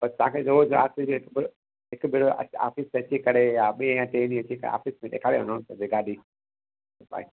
त तव्हां खे घणो हिकु भेरो आफीस में अची करे यां ॿिए यां टे ॾींह अची करे आफीस में ॾेखारे वञो गाॾी